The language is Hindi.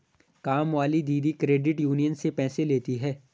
कामवाली दीदी क्रेडिट यूनियन से पैसे लेती हैं